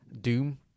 Doom